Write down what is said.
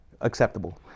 acceptable